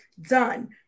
done